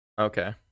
Okay